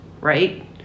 right